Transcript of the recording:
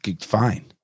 fine